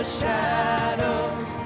shadows